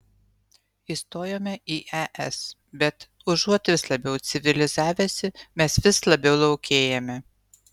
įstojome į es bet užuot vis labiau civilizavęsi mes vis labiau laukėjame